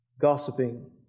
gossiping